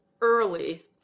early